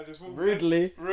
rudely